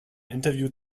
interview